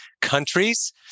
countries